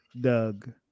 Doug